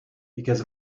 because